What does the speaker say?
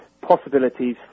possibilities